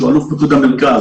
שהוא אלוף פיקוד המרכז,